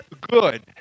good